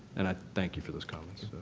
and i thank you for those comments,